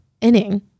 inning